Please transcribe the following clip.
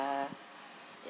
uh ya